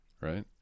right